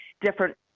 different